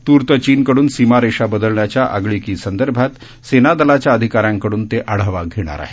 तूर्त चीनकडून सीमारेषा बदलण्याच्या आगळीकीसंदर्भात सेनादलाच्या अधिकाऱ्यांकड़न ते आढावा घेणार आहेत